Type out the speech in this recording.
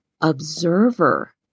observer